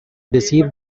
deceive